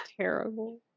Terrible